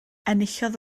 enillodd